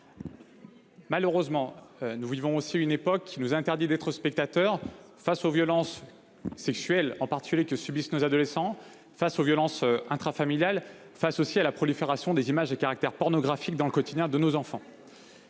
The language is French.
Malheureusement, nous vivons aussi une époque où il est interdit d’être spectateur face aux violences sexuelles, en particulier celles que subissent nos adolescents, aux violences intrafamiliales et à la prolifération des images à caractère pornographique dans le quotidien de nos enfants.